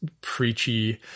preachy